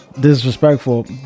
disrespectful